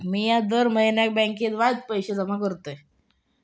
मिया दर म्हयन्याक बँकेत वायच पैशे जमा करतय